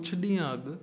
कुझु ॾींहं अॻु